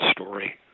story